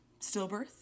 stillbirth